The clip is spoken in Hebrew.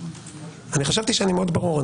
חשבתי שאני ברור מאוד.